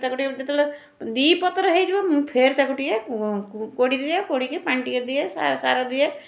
ତାକୁ ଟିକିଏ ଯେତେବେଳେ ଦୁଇପତ୍ର ହେଇଯିବ ମୁଁ ଫେରେ ତାକୁ ଟିକିଏ କୋ କୋଡ଼ି ଦିଏ କୋଡ଼ିକି ପାଣି ଟିକିଏ ଦିଏ ସା ସାର ଦିଏ